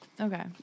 Okay